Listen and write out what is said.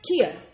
Kia